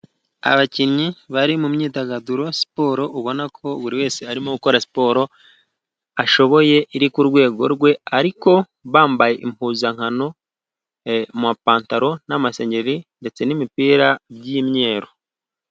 Abakinnyi bari mu myidagaduro siporo ubonako buri wese arimo gukora siporo ashoboye, iri ku rwego rwe, ariko bambaye impuzankano mu mapantaro n'amasengeri, ndetse n'imipira by'imyeru.